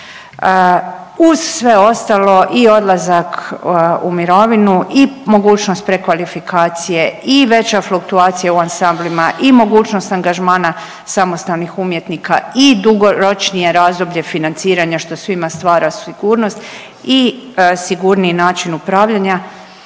Uz sve ostalo i odlazak u mirovinu i mogućnost prekvalifikacije i veća fluktuacija u ansamblima i mogućnost angažmana samostalnih umjetnika i dugoročnije razdoblje financiranja što svima stvara sigurnost i sigurniji način upravljanja